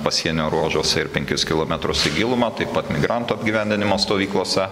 pasienio ruožuose ir penkis kilometrus į gilumą taip pat migrantų apgyvenimo stovyklose